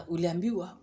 Uliambiwa